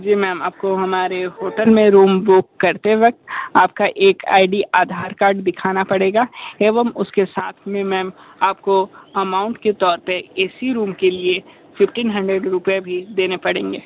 जी ma'am आपको हमारे hotel में रूम बुक करते वक़्त आपका एक आई डी आधार कार्ड दिखाना पड़ेगा एवं उसके साथ में मैम आपको अमाउंट के तौर पर ए सी रूम के लिए फिप्टीन हंड्रेड रुपये भी देने पड़ेंगे